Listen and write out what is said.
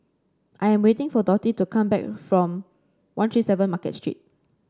I am waiting for Dottie to come back from One Three Seven Market Street